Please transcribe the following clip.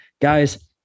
Guys